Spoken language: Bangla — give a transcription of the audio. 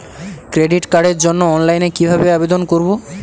ক্রেডিট কার্ডের জন্য অনলাইনে কিভাবে আবেদন করব?